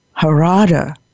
Harada